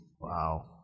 Wow